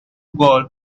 gold